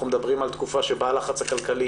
אנחנו מדברים על תקופה שבה הלחץ הכלכלי